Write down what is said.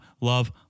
love